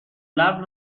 نقل